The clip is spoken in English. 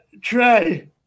Trey